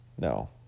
No